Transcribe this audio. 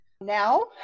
Now